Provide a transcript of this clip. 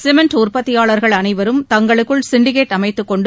cement உற்பத்தியாளர்கள் அனைவரும் தங்களுக்குள் சிண்டிகேட் அமைத்துக் கொண்டு